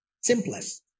simplest